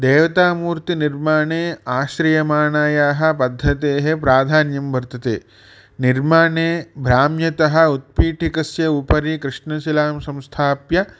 देवतामूर्तिनिर्माणे आश्रयमाणायाः पद्धते प्राधान्यं वर्तते निर्माणे भ्राम्यतः उत्पीटिकस्य उपरि कृष्णशिलां संस्थाप्य